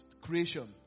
creation